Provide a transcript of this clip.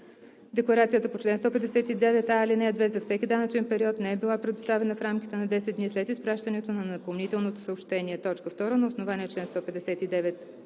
справка-декларацията по чл. 159а, ал. 2 за всеки данъчен период не е била предоставена в рамките на 10 дни след изпращането на напомнително съобщение; 2. на основание чл. 159а,